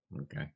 Okay